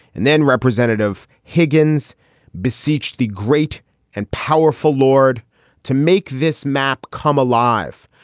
and then representative higgins beseeched the great and powerful lord to make this map come alive.